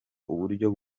uburyo